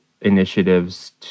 initiatives